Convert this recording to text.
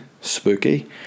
spooky